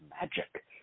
magic